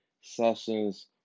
sessions